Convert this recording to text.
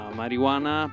marijuana